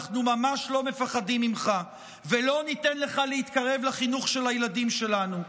אנחנו ממש לא מפחדים ממך ולא ניתן לך להתקרב לחינוך של הילדים שלנו.